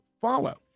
follow